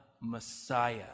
Messiah